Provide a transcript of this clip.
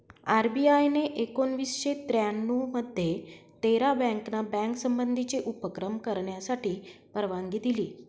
RBI ने एकोणावीसशे त्र्यानऊ मध्ये तेरा बँकाना बँक संबंधीचे उपक्रम करण्यासाठी परवानगी दिली